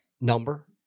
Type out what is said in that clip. number